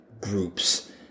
groups